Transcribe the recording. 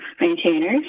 maintainers